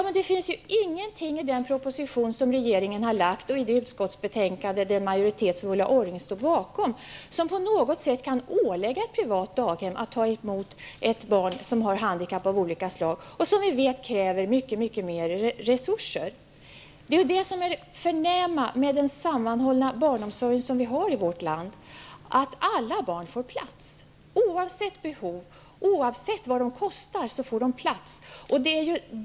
Men det finns ju ingenting i den proposition som regeringen har lagt fram och i det utskottsbetänkande som Ulla Orring och majoriteten står bakom som på något sätt kan ålägga ett privat daghem att ta emot ett barn som har handikapp av något slag och som vi vet kräver mycket mer resurser. Det förnämliga med den sammanhållna barnomsorg som vi har i vårt land är ju att alla barn får plats, oavsett behov. Oavsett vad det kostar får de plats.